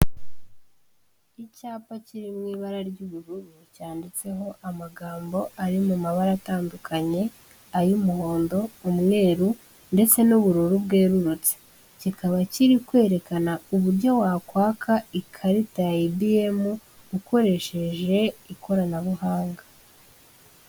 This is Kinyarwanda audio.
Icyapa kiri mu ibara ry'ubururu cyanditseho amagambo ari mu mabara atandukanye ay'umuhondo, umweru ndetse n'ubururu bwerurutse. Kikaba kiri kwerekana uburyo wakwaka ikarita ya EBM ukoresheje ikoranabuhanga.